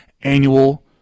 annual